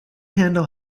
handle